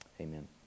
amen